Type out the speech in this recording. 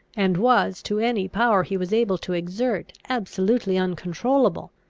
and was, to any power he was able to exert, absolutely uncontrollable.